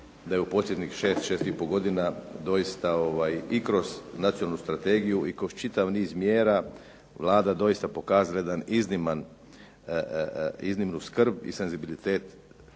da je u posljednjih 6, 6 i po godina doista i kroz nacionalnu strategiju i kroz čitav niz mjera Vlada doista pokazala jedan izniman, iznimnu skrb i senzibilitet